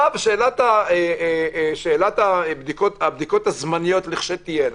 שאלת הבדיקות הזמניות לכשתהיינה